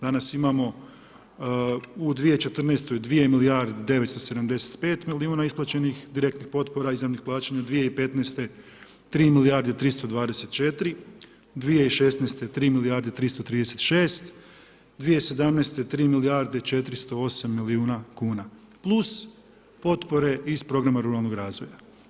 Danas imamo u 2014. dvije milijarde 975 milijuna isplaćenih direktnih potpora izravnih plaćanja, 2015. 3 milijarde 324, 2016. 3 milijarde 336, 2017. 3 milijarde 408 milijuna kuna plus potpore iz programa ruralnog razvoja.